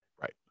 Right